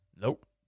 Nope